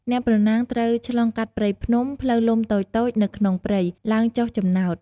អ្នកប្រណាំងត្រូវឆ្លងកាត់ព្រៃភ្នំ ផ្លូវលំតូចៗនៅក្នុងព្រៃ ឡើងចុះចំណោត។